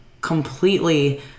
completely